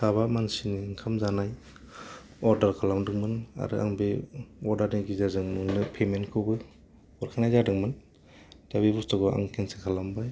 साबा मानसिनि ओंखाम जानाय अरदार खालामदोंमोन आरो आं बे अरदारनि गेजेरजों नोंनो फेमेन्थ खौबो हरखानाय जादोंमोन दा बे बुसथुखौ आं खेनसेल खालामबाय